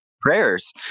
prayers